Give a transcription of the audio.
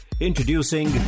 Introducing